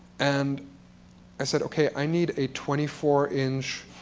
and i said, ok, i need a twenty four inch